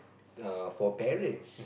err for parents